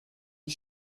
die